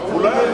הוא לא יכול,